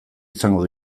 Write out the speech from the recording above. izango